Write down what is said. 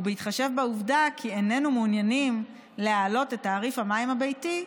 בהתחשב בעובדה כי איננו מעוניינים להעלות את תעריף המים הביתי,